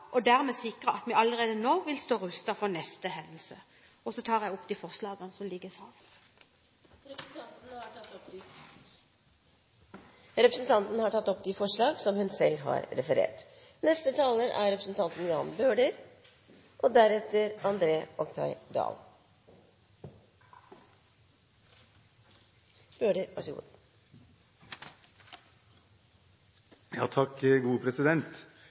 og dermed sikre at vi allerede nå vil stå rustet for neste hendelse! Jeg tar opp de forslagene som ligger i saken. Representanten Åse Michaelsen har tatt opp de forslagene som hun selv har referert til. Det er et viktig tema som tas opp i representantforslaget. Vi er enig i intensjonen som ligger der om bedre systematisk evaluering av ekstraordinære hendelser i politiet og